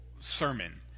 sermon